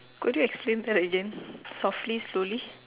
could you explain that again softly slowly